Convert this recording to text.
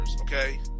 Okay